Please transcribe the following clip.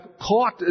caught